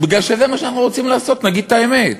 כי זה מה שאנחנו רוצים לעשות, נגיד את האמת.